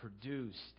produced